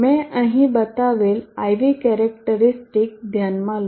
મેં અહીં બતાવેલ IV કેરેક્ટરીસ્ટિક ધ્યાનમાં લો